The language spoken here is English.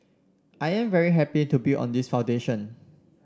I am very happy to build on this foundation